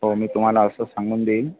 हो मी तुम्हाला असं सांगून देईन